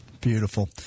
beautiful